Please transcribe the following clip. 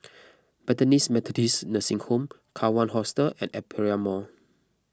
Bethany's Methodist Nursing Home Kawan Hostel and Aperia Mall